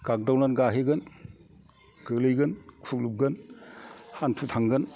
गागदावना गाहेगोन गोलैगोन खुग्लुबगोन हान्थु थांगोन